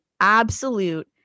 absolute